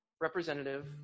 representative